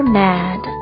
mad